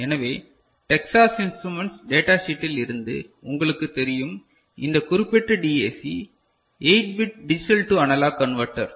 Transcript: எனவே Texas Instruments data சீட்டில் இருந்து உங்களுக்குத் தெரியும் இந்த குறிப்பிட்ட DAC 8 bit digital to analogue converter